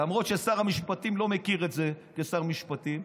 למרות ששר המשפטים לא מכיר את זה כשר המשפטים,